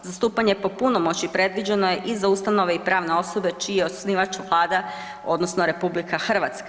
Zastupanje po punomoći predviđeno je i za ustanove i pravne osobe čiji je osnivač Vlada odnosno RH.